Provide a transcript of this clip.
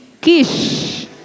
Kish